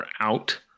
out